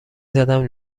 زدم